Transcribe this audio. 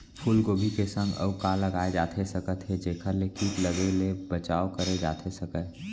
फूलगोभी के संग अऊ का लगाए जाथे सकत हे जेखर ले किट लगे ले बचाव करे जाथे सकय?